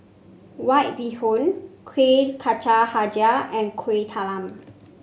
White Bee Hoon Kuih Kacang hijau and Kuih Talam